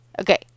Okay